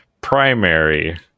primary